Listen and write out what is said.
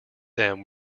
them